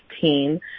team